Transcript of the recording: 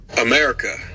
america